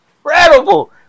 incredible